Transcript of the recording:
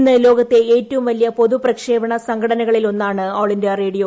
ഇന്ന് ലോകത്തെ ഏറ്റവും വലിയ പൊതു പ്രക്ഷേപണ സംഘടനകളിൽ ഒന്നാണ് ഓൾ ഇന്ത്യാ റേഡിയോ